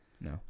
No